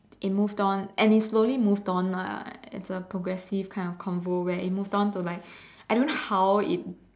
it moved on and it slowly moved on lah as a progressive kind of convo where it moved on to like I don't know how it